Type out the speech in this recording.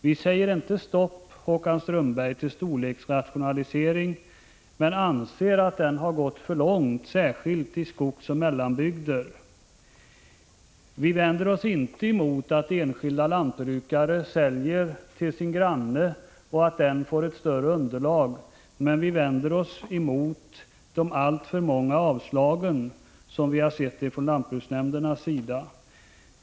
Vi säger inte stopp, Håkan Strömberg, till storleksrationalisering, men anser att den har gått för långt, särskilt i skogsoch mellanbygder. Vi vänder oss inte emot att enskilda lantbrukare säljer till sin granne, så att denne får ett större underlag, men vi vänder oss emot de alltför många avslagen från lantbruksnämndernas sida.